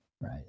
right